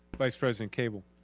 vice president cable?